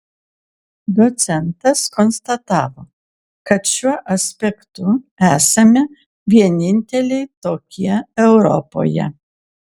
docentas konstatavo kad šiuo aspektu esame vieninteliai tokie europoje